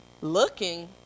looking